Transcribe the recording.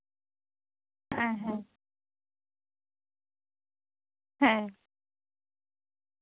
ᱦᱮᱸ ᱦᱮᱸ ᱦᱮᱸ